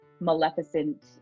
maleficent